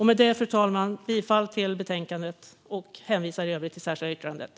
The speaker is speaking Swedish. Med detta, fru talman, yrkar jag bifall till utskottets förslag till beslut och hänvisar i övrigt till det särskilda yttrandet.